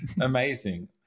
Amazing